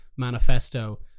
Manifesto